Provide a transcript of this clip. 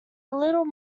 little